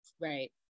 Right